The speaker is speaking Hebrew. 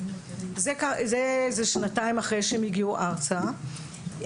זה שנתיים אחרי שהם הגיעו ארצה,